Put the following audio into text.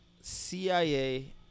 CIA